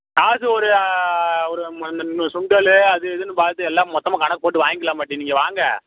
காசு ஒரு ஒரு சுண்டலு அது இதுன்னு பார்த்து எல்லாம் மொத்தமாக கணக்குப் போட்டு வாய்ங்கிக்லாம் பாட்டி நீங்கள் வாங்க